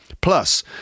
Plus